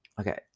okay